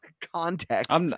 context